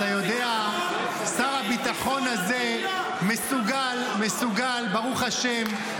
שר הביטחון צריך ללכת לדבר עם הרמטכ"ל.